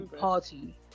party